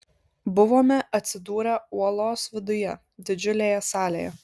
buvome atsidūrę uolos viduje didžiulėje salėje